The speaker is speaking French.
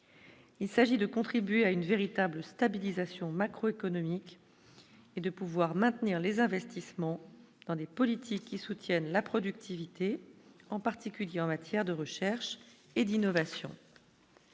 Il s'agit de contribuer à une véritable stabilisation macroéconomique et de pouvoir maintenir les investissements dans des politiques qui soutiennent la productivité, en particulier en matière de recherche et d'innovation.